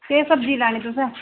केह् सब्जी लैनी तुसें